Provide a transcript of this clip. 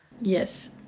yes